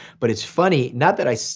but it's funny not that i